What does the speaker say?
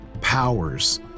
powers